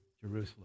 Jerusalem